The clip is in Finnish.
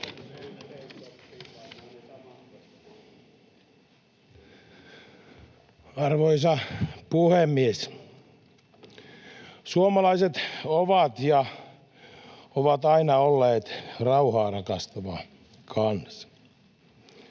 Arvoisa puhemies! Suomalaiset ovat ja ovat aina olleet rauhaa rakastava kansa.